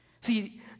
See